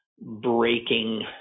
breaking